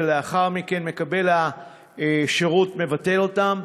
ולאחר מכן מקבל השירות מבטל אותם,